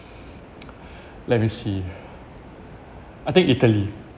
let me see I think italy